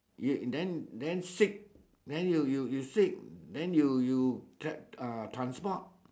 you then then sick then you you you sick then you you tra~ uh transport